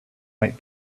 might